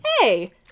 hey